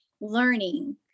learning